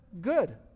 good